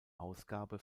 ausgabe